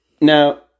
Now